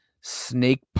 Snake